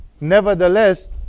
nevertheless